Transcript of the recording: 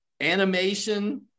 animation